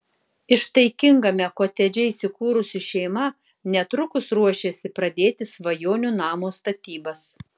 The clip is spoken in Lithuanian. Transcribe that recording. ištaigingame kotedže įsikūrusi šeima netrukus ruošiasi pradėti svajonių namo statybas